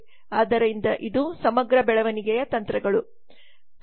ಆದ್ದರಿಂದ ಇದು ಸಮಗ್ರ ಬೆಳವಣಿಗೆಯ ತಂತ್ರಗಳು